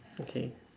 okay